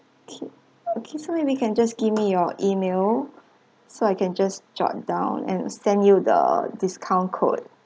okay okay so maybe can just give me your email so I can just jot down and send you the discount code